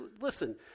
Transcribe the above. listen